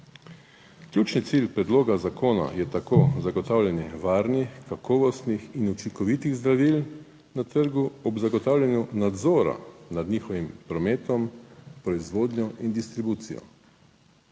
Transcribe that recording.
Ključni cilj predloga zakona je tako zagotavljanje varnih, kakovostnih in učinkovitih zdravil na trgu ob zagotavljanju nadzora nad njihovim prometom, proizvodnjo in distribucijo.